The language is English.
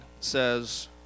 says